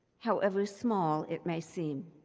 however small it may seem.